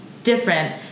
different